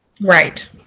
Right